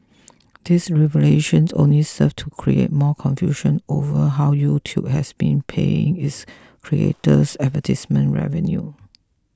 this revelation only served to create more confusion over how YouTube has been paying its creators advertisement revenue